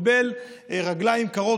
קיבל רגליים קרות,